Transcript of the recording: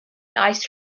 ice